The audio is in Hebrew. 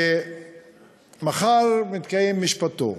ומחר מתקיים משפטו.